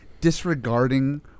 disregarding